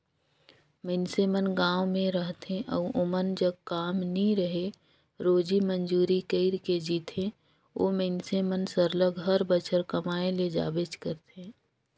मइनसे मन गाँव में रहथें अउ ओमन जग काम नी रहें रोजी मंजूरी कइर के जीथें ओ मइनसे मन सरलग हर बछर कमाए ले जाबेच करथे